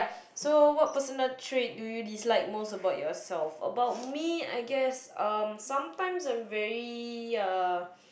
so what personal trait do you dislike most about yourself about me I guess um sometimes I'm very uh